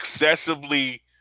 excessively